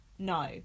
No